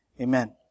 Amen